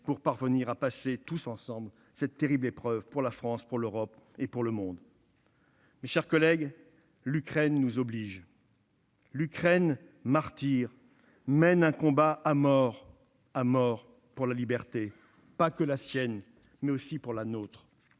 pour parvenir à passer tous ensemble cette terrible épreuve pour la France, pour l'Europe et pour le monde. Mes chers collègues, l'Ukraine nous oblige, l'Ukraine martyre mène un combat à mort pour la liberté, non seulement la sienne mais aussi la nôtre.